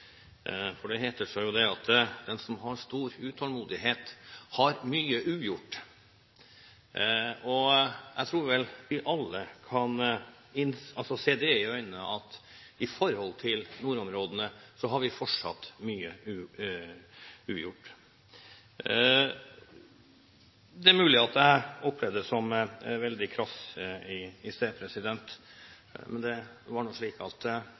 for det heter seg jo at den som har stor utålmodighet, har mye ugjort. Jeg tror vel vi alle kan se det i øynene at når det gjelder nordområdene, har vi fortsatt mye ugjort. Det er mulig at jeg opplevdes som veldig krass i sted, men det var nå slik at det